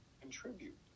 contribute